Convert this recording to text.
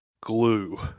glue